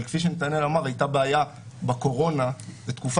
אבל כפי שנתנאל אמר, הייתה בעיה בקורונה לתקופה.